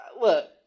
Look